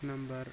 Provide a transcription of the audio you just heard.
اکھ نَمبَر